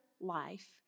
life